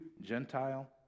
Gentile